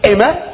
Amen